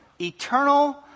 eternal